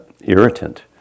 irritant